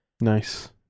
Nice